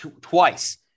twice